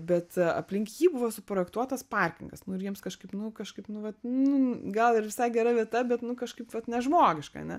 bet aplink jį buvo suprojektuotas parkingas nu ir jiems kažkaip nu kažkaip nu vat nu gal ir visai gera vieta bet nu kažkaip vat nežmogiška ane